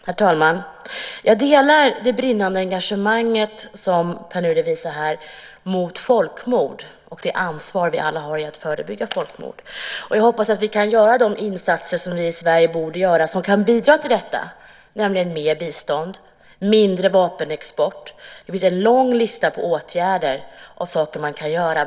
Herr talman! Jag delar det brinnande engagemang som Pär Nuder visar här mot folkmord och det ansvar vi alla har för att förebygga folkmord. Jag hoppas att vi kan göra de insatser som vi i Sverige borde göra som kan bidra till detta, nämligen mer bistånd och mindre vapenexport. Det finns en lång lista på åtgärder och saker man kan göra.